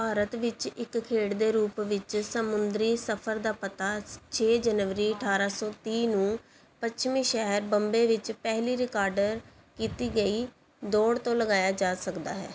ਭਾਰਤ ਵਿੱਚ ਇੱਕ ਖੇਡ ਦੇ ਰੂਪ ਵਿੱਚ ਸਮੁੰਦਰੀ ਸਫ਼ਰ ਦਾ ਪਤਾ ਛੇ ਜਨਵਰੀ ਅਠਾਰ੍ਹਾਂ ਸੌ ਤੀਹ ਨੂੰ ਪੱਛਮੀ ਸ਼ਹਿਰ ਬੰਬੇ ਵਿੱਚ ਪਹਿਲੀ ਰਿਕਾਰਡਰ ਕੀਤੀ ਗਈ ਦੌੜ ਤੋਂ ਲਗਾਇਆ ਜਾ ਸਕਦਾ ਹੈ